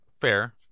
Fair